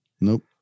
Nope